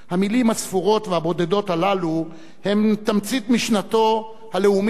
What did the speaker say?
המלים הספורות והבודדות הללו הן תמצית משנתו הלאומית והמדינית.